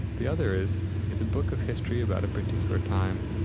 the other is it's a book of history about a particular time.